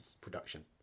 production